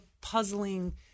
puzzling